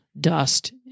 dust